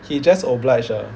he just obliged ah